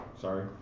sorry